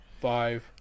five